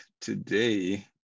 today